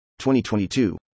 2022